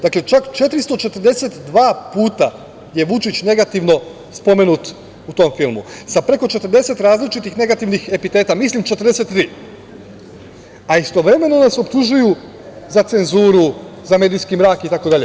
Dakle, čak 442 puta je Vučić negativno spomenut u tom filmu sa preko 40 različitih negativnih epiteta, mislim čak 43, a istovremeno nas optužuju za cenzuru, za medijski mrak, itd.